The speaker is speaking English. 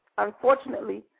Unfortunately